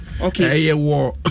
okay